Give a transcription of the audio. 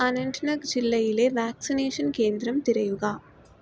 അനന്റ്നഗ് ജില്ലയിലെ വാക്സിനേഷൻ കേന്ദ്രം തിരയുക